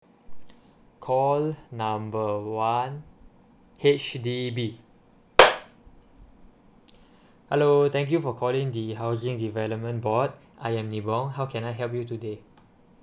call number one H_D_B hello thank you for calling the housing development board I am nibong how can I help you today